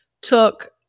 took